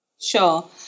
sure